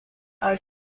are